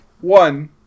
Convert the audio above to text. One